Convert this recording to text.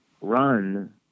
run